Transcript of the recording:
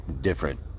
different